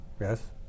yes